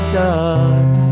done